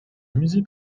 musée